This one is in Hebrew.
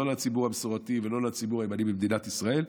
לא לציבור המסורתי ולא לציבור הימני במדינת ישראל,